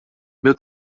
meu